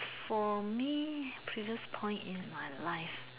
for me previous point in my life